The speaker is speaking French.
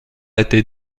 été